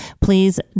please